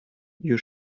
you